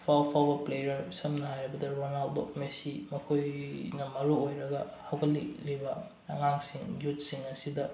ꯑꯐꯥꯎ ꯑꯐꯥꯎꯕ ꯄ꯭ꯂꯦꯌꯔ ꯁꯝꯅ ꯍꯥꯏꯔꯕꯗ ꯔꯣꯅꯥꯜꯗꯣ ꯃꯦꯁꯤ ꯃꯈꯣꯏꯅ ꯃꯔꯨ ꯑꯣꯏꯔꯒ ꯍꯧꯒꯠꯂꯛꯂꯤꯕ ꯑꯉꯥꯡꯁꯤꯡ ꯌꯨꯠꯁꯤꯡ ꯑꯁꯤꯗ